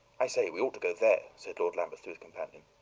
i say, we ought to go there, said lord lambeth to his companion.